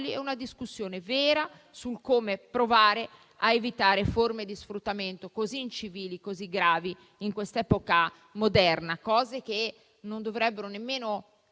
e una discussione vera su come provare a evitare forme di sfruttamento così incivili, così gravi in quest'epoca moderna; cose che non dovrebbero nemmeno